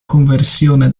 conversione